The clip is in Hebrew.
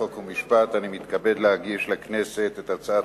חוק ומשפט אני מתכבד להגיש לכנסת את הצעת